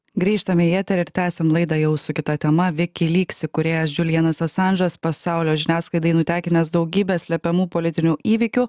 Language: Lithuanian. grįžtame į eterį ir tęsiam laidą jau su kita tema wikileaks kūrėjas džiulienas asandžas pasaulio žiniasklaidai nutekinęs daugybę slepiamų politinių įvykių